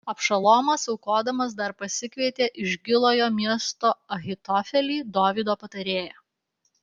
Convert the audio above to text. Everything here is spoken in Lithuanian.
abšalomas aukodamas dar pasikvietė iš gilojo miesto ahitofelį dovydo patarėją